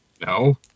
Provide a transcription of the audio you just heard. No